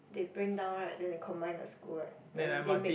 they bring down right then they combine the school right then they make